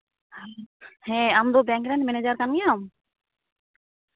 ᱦᱮᱸ ᱟᱢ ᱫᱚ ᱵᱮᱝᱠ ᱨᱮᱱ ᱢᱮᱱᱮᱡᱟᱨ ᱠᱟᱱ ᱜᱮᱭᱟᱢ